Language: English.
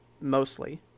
mostly